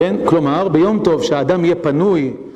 כלומר ביום טוב, שהאדם יהיה פנוי